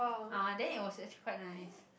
ah then it was actually quite nice